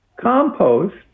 compost